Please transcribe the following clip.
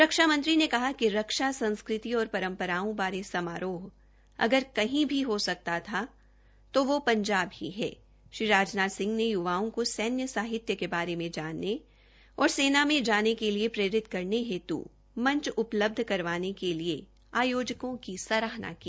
रक्षा मंत्री ने कहा कि रक्षा संस्कृति और परम्पराओं बारे समारोह अगर वहीं हो सकता था तो युवाओं को सैन्य साहित्य के बारे में जानने और सेना में जाने के लिए प्रेरित करने हेतु मंच उपलब्ध करवाने के लिए आयोजकों की सराहना की